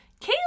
Kayla